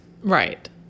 right